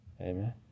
Amen